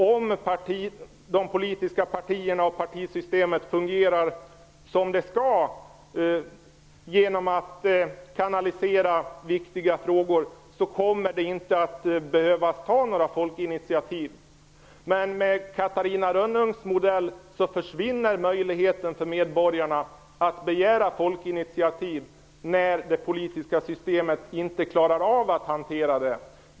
Om de politiska partierna och partisystemet fungerar som de skall och kanaliserar viktiga frågor, kommer inte några folkinitiativ att behöva tas. Med Catarina Rönnungs modell försvinner möjligheten för medborgarna att begära en folkomröstning när det politiska systemet inte klarar att hantera situationen.